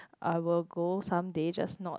I will go some days just not